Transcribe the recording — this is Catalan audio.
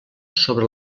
sobre